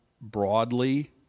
broadly